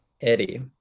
Eddie